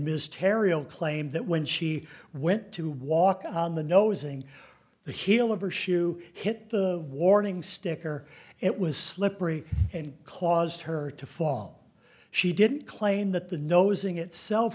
ms terril claimed that when she went to walk on the nosing the heel of her shoe hit the warning sticker it was slippery and caused her to fall she didn't claim that the nosing itself